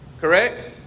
Correct